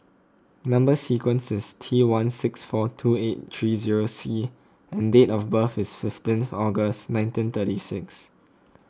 Number Sequence is T one six four two eight three zero C and date of birth is fifteenth August nineteen thirty six